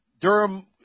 Durham